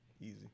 easy